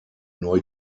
neu